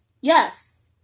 Yes